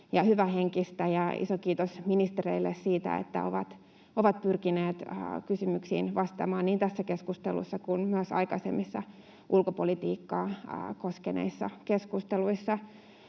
hyvähenkistä. Iso kiitos ministereille siitä, että ovat pyrkineet kysymyksiin vastaamaan niin tässä keskustelussa kuin myös aikaisemmissa ulkopolitiikkaa koskeneissa keskusteluissa.